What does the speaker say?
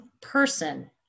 person